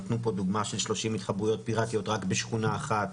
נתנו פה דוגמא של 30 התחברויות פיראטיות רק בשכונה אחת,